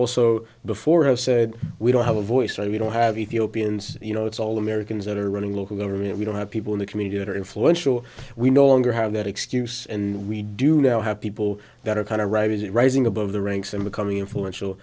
also before have said we don't have a voice or we don't have ethiopians you know it's all americans that are running local government we don't have people in the community that are influential we no longer have that excuse and we do now have people that are kind of rising above the ranks and becoming influential